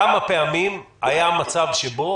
כמה פעמים היה מצב שבו,